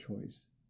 choice